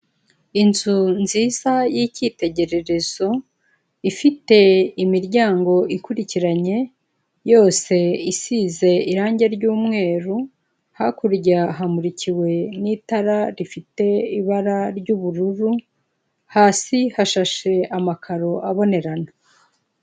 Inzu nziza y'icyitegererezo ifite imiryango ikurikiranye yose isize irangi ry'umweru hakurya hamurikiwe n'itara rifite ibara ry'ubururu hasi hashashe amakaro abonerana.